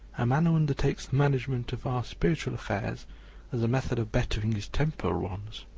a man who undertakes the management of our spiritual affairs as a method of bettering his temporal ones.